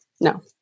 No